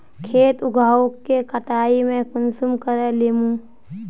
खेत उगोहो के कटाई में कुंसम करे लेमु?